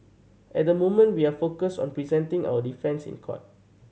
at the moment we are focused on presenting our defence in court